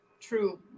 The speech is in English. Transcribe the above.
true